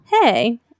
hey